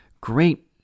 great